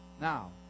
now